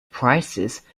prices